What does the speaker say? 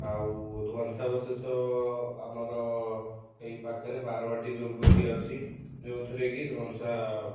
ଆଉ ଧ୍ୱଂସାବଶେଷ ଆମର ଏଇପାଖରେ ବାରବାଟୀ ଦୁର୍ଗ ଟିଏ ଅଛି ଯେଉଁଥିରେକି ଧ୍ଵଂସା